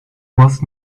was